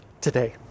today